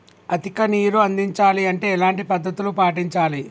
అధిక నీరు అందించాలి అంటే ఎలాంటి పద్ధతులు పాటించాలి?